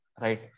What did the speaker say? right